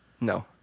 No